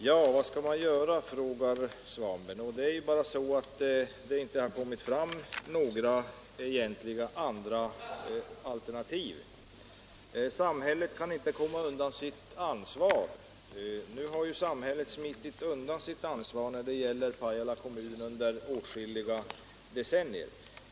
Herr talman! Herr Svanberg frågar vad man skall göra. Det är bara så att det inte har kommit fram några andra egentliga alternativ. Samhället kan inte komma undan sitt ansvar, säger herr Svanberg. Men nu har ju samhället under åtskilliga decennier smitit undan sitt ansvar när det gäller Pajala kommun.